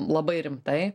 labai rimtai